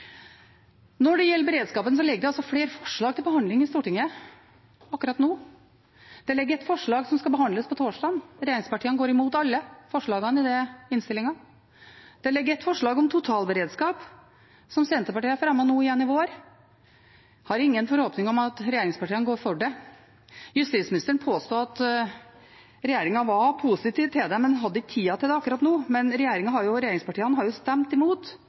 Stortinget akkurat nå. Det ligger et forslag som skal behandles på torsdag. Regjeringspartiene går imot alle forslagene i den innstillingen. Det ligger et forslag om totalberedskap som Senterpartiet fremmet igjen nå i vår. Jeg har ingen forhåpninger om at regjeringspartiene går for det. Justisministeren påsto at regjeringen var positiv til det, men hadde ikke tida til det akkurat nå. Men regjeringspartiene har jo stemt imot